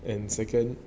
and second